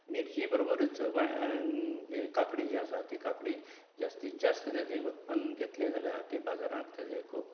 मिर्ची बरबरूच जें काकडी जी आसा ती काकडी जास्तींत जास्त तेजें उत्पन्न घेतलें जाल्यार ती बाजारांत तेजें खूब